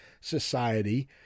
society